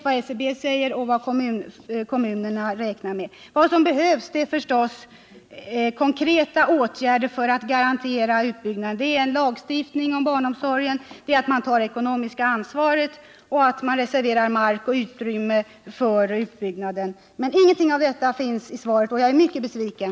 Vad som erfordras är givetvis konkreta åtgärder för att garantera utbyggnaden: att man genomför en lagstiftning om barnomsorgen, att staten tar det ekonomiska ansvaret för utbyggnaden och att mark och utrymme reserveras för den. Ingenting av detta finns i svaret. Jag är mycket besviken.